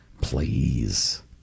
please